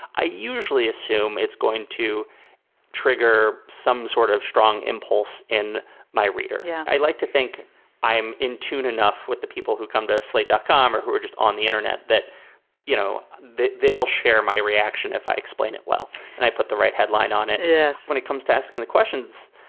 i usually assume it's going to trigger some sort of strong impulse in my reader. yeah, i like to think i'm in tune enough with the people who come to slate dot com or who are just on the internet that you know that they'll share my reaction if i explain it well and i put the right headline on it is when it comes to asking the questions.